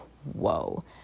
whoa